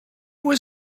was